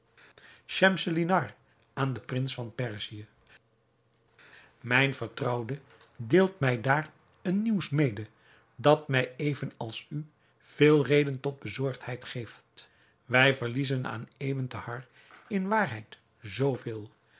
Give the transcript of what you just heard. schemselnihar aan den prins van perzië mijne vertrouwde deelt mij daar een nieuws mede dat mij even als u veel reden tot bezorgdheid geeft wij verliezen aan ebn thahar in waarheid